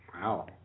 Wow